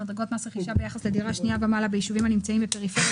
מדבר על זה שהמנהל יפרסם בהודעה ברשומות את סכום השווי,